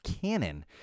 cannon